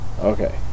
Okay